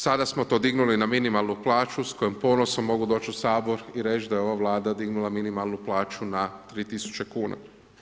Sada smo to dignuli na minimalnu plaću s kojom ponosno mogu doći u sabor i reć da je ova Vlada dignula minimalnu plaću na 3.000 kuna.